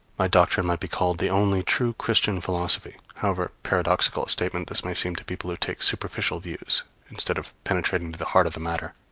my doctrine might be called the only true christian philosophy however paradoxical a statement this may seem to people who take superficial views instead of penetrating to the heart of the matter.